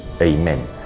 Amen